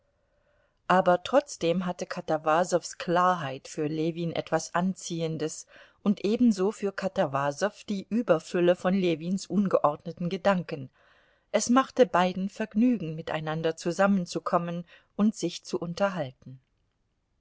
aber trotzdem hatte katawasows klarheit für ljewin etwas anziehendes und ebenso für katawasow die überfülle von ljewins ungeordneten gedanken es machte beiden vergnügen miteinander zusammenzukommen und sich zu unterhalten